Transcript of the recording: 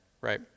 right